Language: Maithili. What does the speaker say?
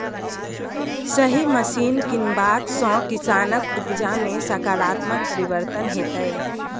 सही मशीन कीनबाक सँ किसानक उपजा मे सकारात्मक परिवर्तन हेतै